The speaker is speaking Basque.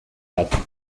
bat